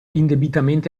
indebitamente